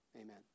Amen